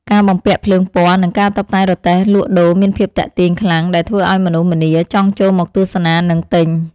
ការបំពាក់ភ្លើងពណ៌និងការតុបតែងរទេះលក់ដូរមានភាពទាក់ទាញខ្លាំង ដែលធ្វើឱ្យមនុស្សម្នាចង់ចូលមកទស្សនានិងទិញ។